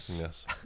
Yes